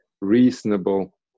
reasonable